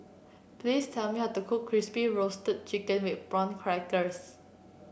please tell me how to cook Crispy Roasted Chicken with Prawn Crackers